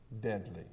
deadly